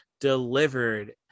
delivered